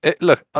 look